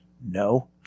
no